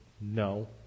no